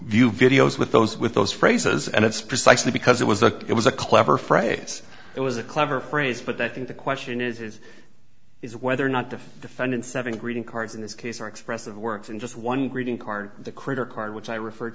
view videos with those with those phrases and it's precisely because it was a it was a clever phrase it was a clever phrase but i think the question is is whether or not defendant seven greeting cards in this case are expressive works in just one greeting card the critter card which i referred